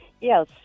Yes